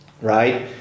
right